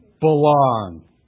belong